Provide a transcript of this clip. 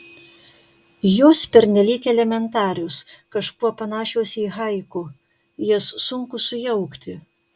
jos pernelyg elementarios kažkuo panašios į haiku jas sunku sujaukti